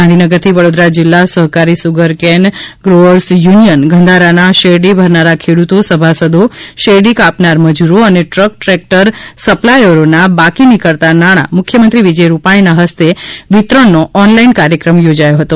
ગાંધીનગરથી વડોદરા જિલ્લા સહકારી સુગરકેન ગ્રોઅર્સ યુનિયન ગંધારાના શેરડી ભરનારા ખેડૂત સભાસદો શેરડી કાપનાર મજૂરો અને ટ્રક ટ્રેક્ટર સપ્લાયરોના બાકી નીકળતા નાણા મુખ્યમંત્રી વિજય રૂપાણીના હસ્તે વિતરણનો ઓનલાઇન કાર્યક્રમ યોજાયો હતો